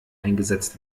eingesetzt